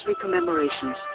commemorations